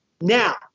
now